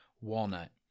walnut